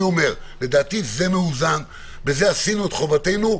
לדעתי זה מאוזן ובזה עשינו את חובתנו,